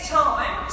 time